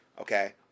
okay